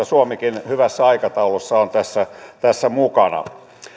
suomikin hyvässä aikataulussa on tässä mukana